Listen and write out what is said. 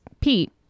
Pete